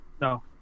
No